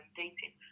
dating